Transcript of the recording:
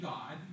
God